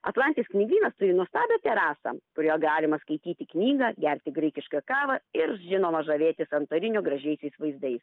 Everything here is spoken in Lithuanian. atlantis knygynas turi nuostabią terasą kurioje galima skaityti knygą gerti graikišką kavą ir žinoma žavėtis santorinio gražiaisiais vaizdais